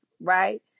right